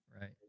Right